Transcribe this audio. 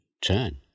turn